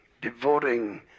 devoting